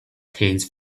things